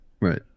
Right